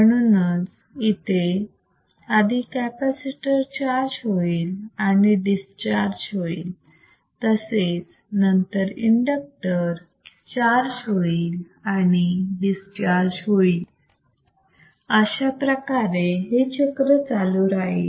म्हणूनच येथे आधी कॅपासिटर चार्ज होईल आणि डिस्चार्ज होईल तसेच नंतर इंडक्टर चार्ज होईल आणि डिस्चार्ज होईल आणि पुन्हा कॅपॅसिटर चार्ज होईल आणि डिस्चार्ज होईल अशाप्रकारे हे चक्र चालू राहील